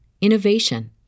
innovation